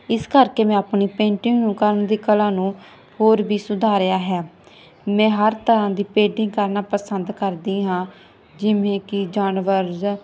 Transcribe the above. ਇਸ ਕਰਕੇ ਮੈਂ ਆਪਣੀ ਪੇਂਟਿੰਗ ਨੂੰ ਕਰਨ ਦੀ ਕਲਾ ਨੂੰ ਹੋਰ ਵੀ ਸੁਧਾਰਿਆ ਹੈ ਮੈਂ ਹਰ ਤਰ੍ਹਾਂ ਦੀ ਪੇਟਿੰਗ ਕਰਨਾ ਪਸੰਦ ਕਰਦੀ ਹਾਂ ਜਿਵੇਂ ਕਿ ਜਾਨਵਰਜ਼